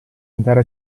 andare